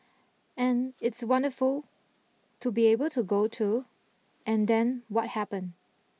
and it's wonderful to be able to go to and then what happened